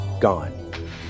gone